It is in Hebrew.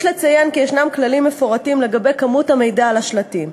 יש לציין כי ישנם כללים מפורטים לגבי כמות המידע על השלטים,